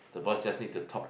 the boss just need to talk